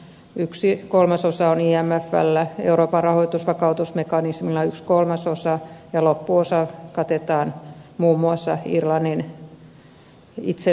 yksi kolmasosa on imfllä yksi kolmasosa euroopan rahoitusvakautusmekanismilla ja loppuosa katetaan muun muassa irlannin itsensä avulla